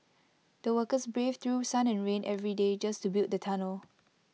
the workers braved through sun and rain every day just to build the tunnel